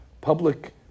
public